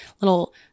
little